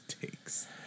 takes